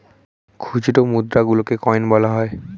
খুচরো মুদ্রা গুলোকে কয়েন বলা হয়